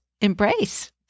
embrace